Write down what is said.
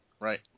Right